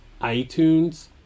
iTunes